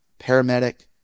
paramedic